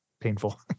painful